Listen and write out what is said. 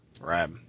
Right